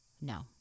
No